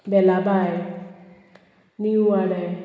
बेलाबाय निव वाडेम